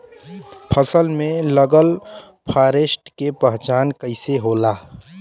फसल में लगल फारेस्ट के पहचान कइसे होला?